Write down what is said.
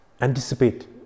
anticipate